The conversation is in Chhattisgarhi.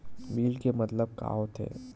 बिल के मतलब का होथे?